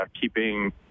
keeping